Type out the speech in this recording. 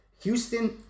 Houston